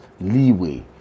leeway